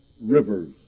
rivers